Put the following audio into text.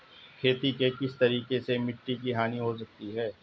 खेती के किस तरीके से मिट्टी की हानि हो सकती है?